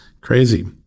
crazy